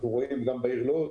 וכך בעוד יישובים.